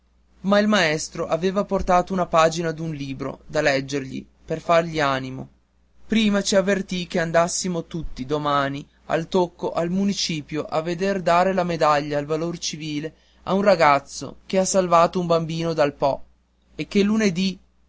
ma il maestro aveva portato una pagina d'un libro da leggergli per fargli animo prima ci avvertì che andassimo tutti domani al tocco al municipio a veder dare la medaglia del valor civile a un ragazzo che ha salvato un bambino dal po e che lunedì